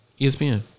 ESPN